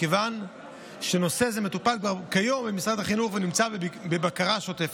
מכיוון שנושא זה מטופל כבר כיום במשרד החינוך ונמצא בבקרה שוטפת.